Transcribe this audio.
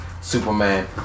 Superman